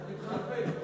אנחנו מתחלפים,